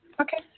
Okay